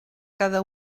cada